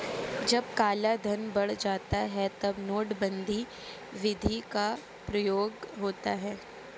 जब कालाधन बढ़ जाता है तब नोटबंदी विधि का प्रयोग होता है